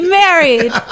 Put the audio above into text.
married